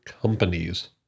companies